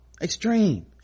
extreme